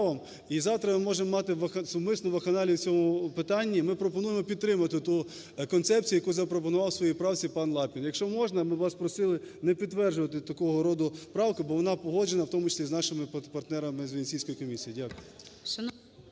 і завтра ми можемо мати зумисну вакханалію в цьому питанні. Ми пропонуємо підтримати ту концепцію, яку запропонував у своїй правці пан Лапін. Якщо можна, ми б вас просили не підтверджувати такого роду правку, бо вона погоджена у тому числі з нашими партнерами з Венеційської комісії. Дякую.